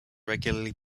regularly